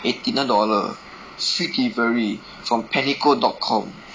eighty nine dollar straight delivery from pellico dot com